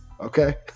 okay